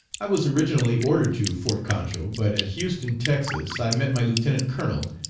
i was originally ordered to fort concho, but at houston, texas i met my lieutenant-colonel,